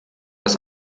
das